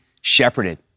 shepherded